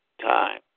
Time